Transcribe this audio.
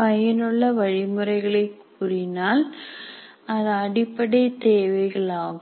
பயனுள்ள வழிமுறைகளை கூறினால் அது அடிப்படைத் தேவையாகும்